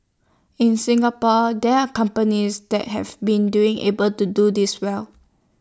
in Singapore there are companies that have been doing able to do this well